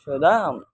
show the